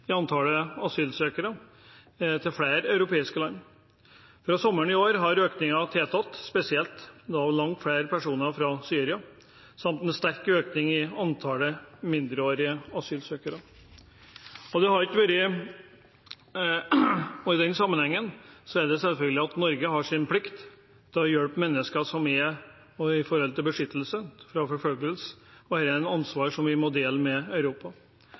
i antallet asylsøkere til flere europeiske land. Fra sommeren i år har økningen i antall tiltatt, spesielt på grunn av at det er langt flere personer fra Syria, samt en sterk økning i antallet mindreårige asylsøkere. I den sammenheng er det selvfølgelig slik at Norge har plikt til å hjelpe mennesker som søker beskyttelse mot forfølgelse. Dette er et ansvar som vi må dele med Europa.